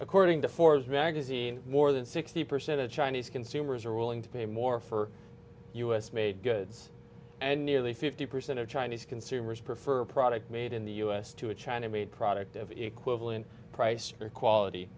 according to forbes magazine more than sixty percent of chinese consumers are willing to pay more for u s made goods and nearly fifty percent of chinese consumers prefer a product made in the u s to a chinese made product of equivalent price quality